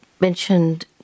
mentioned